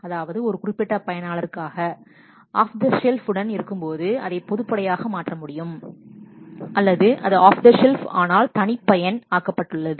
அதாவது ஒரு குறிப்பிட்ட பயனாளர் ஆஃப் த ஷெல்ஃப் உடன் இருக்கும் போது அதை பொதுப்படையாக முடியும் அல்லது அது ஆஃப் த ஷெல்ஃப் ஆனால் கஸ்டமைஸ்டாக ஆக்கப்பட்டுள்ளது